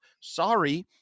Sorry